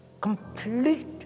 complete